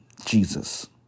Jesus